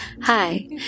Hi